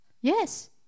Yes